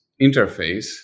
interface